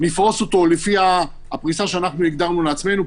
נפרוס אותו לפי הפריסה שהגדרנו לעצמנו.